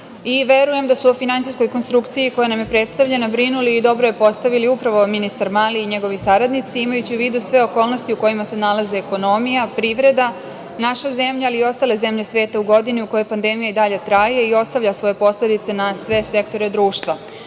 i verujem da su u finansijskoj konstrukciji koja nam je predstavljena brinuli i dobro je postavili, upravo ministar Mali i njegovi saradnici, imajući u vidu sve okolnosti u kojima se nalaze ekonomija, privreda, naša zemlja, ali i ostale zemlje sveta u godini u kojoj pandemija i dalje traje i ostavlja svoje posledice na sve sektore